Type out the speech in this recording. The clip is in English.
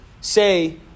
say